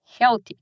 healthy